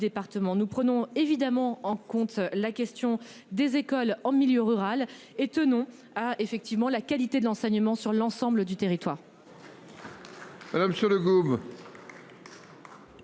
Nous prenons évidemment en compte la question des écoles en milieu rural et tenons à effectivement la qualité de l'enseignement sur l'ensemble du territoire.